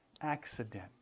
accident